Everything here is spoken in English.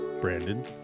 Brandon